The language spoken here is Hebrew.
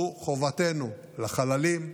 הוא חובתנו לחללים,